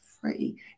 free